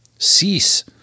cease